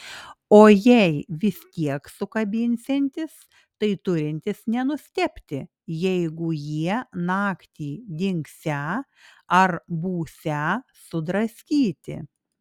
o jei vis tiek sukabinsiantis tai turintis nenustebti jeigu jie naktį dingsią ar būsią sudraskyti